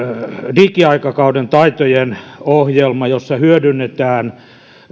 digiaikakauden taitojen ohjelma jossa hyödynnetään